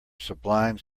sublime